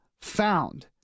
found